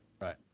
Right